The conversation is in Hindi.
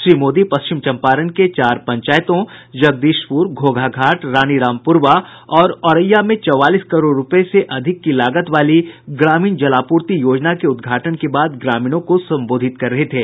श्री मोदी पश्चिम चंपारण के चार पंचायतों जगदीशपुर घोघाघाट रानीरामपुरवा और औरेया में चौवालीस करोड़ रूपये से अधिक की लागत वाली ग्रामीण जलापूर्ति योजना के उद्घाटन के बाद ग्रामीणों को संबोधित कर रहे थे